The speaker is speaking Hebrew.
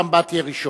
בפעם הבאה תהיה ראשון,